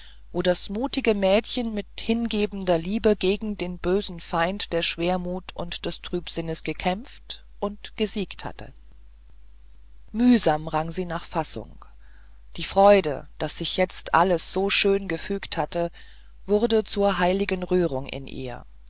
wo das mutige mädchen mit hingebender liebe gegen den bösen feind der schwermut und des trübsinnes gekämpft und gesiegt hatte mühsam rang sie nach fassung die freude daß sich alles so schön gefügt hatte wurde zur heiligen rührung in ihr